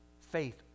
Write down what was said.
faith